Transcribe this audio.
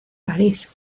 parís